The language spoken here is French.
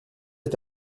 est